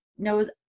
knows